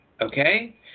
okay